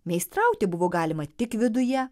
meistrauti buvo galima tik viduje